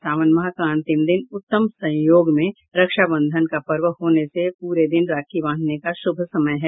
सावन माह का अंतिम दिन उत्तम संयोग में रक्षाबंधन का पर्व होने से पूरे दिन राखी बांधने का शुभ समय है